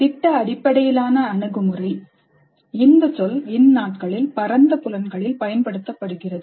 திட்ட அடிப்படையிலான அணுகுமுறை இந்த சொல் இந்நாட்களில் பரந்த புலன்களில் பயன்படுத்தப்படுகிறது